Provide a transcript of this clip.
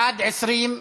בעד, 20,